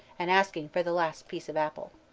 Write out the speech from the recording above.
and asking for the last piece of apple.